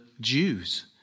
Jews